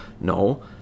no